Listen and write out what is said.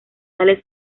sales